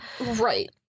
right